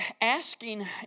asking